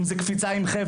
אם זה קפיצה עם חבל.